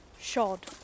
shod